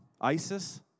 ISIS